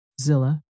Zilla